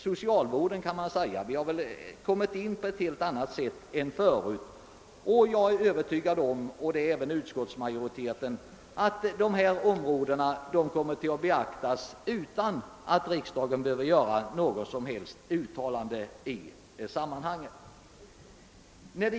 Detta är nya begrepp i socialvården, och utskottsmajoriteten är övertygad om att dessa områden kommer att beaktas utan att riksdagen gör något uttalande.